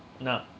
No